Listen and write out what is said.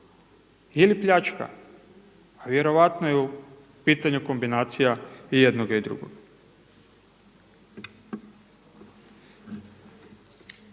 ili pljačka, a vjerojatno je u pitanju kombinacija i jednoga i drugoga.